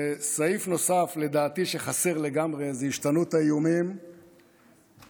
סעיף נוסף שחסר לגמרי לדעתי זה השתנות האיומים באופן